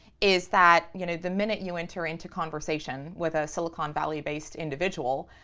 is that you know the minute you enter into conversation with a silicon valley-based individual,